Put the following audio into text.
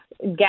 gas